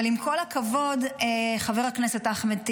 אבל עם כל הכבוד, חבר הכנסת אחמד טיבי,